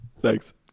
Thanks